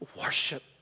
worship